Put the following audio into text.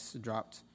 dropped